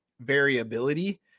variability